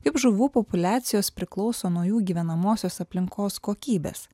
kaip žuvų populiacijos priklauso nuo jų gyvenamosios aplinkos kokybės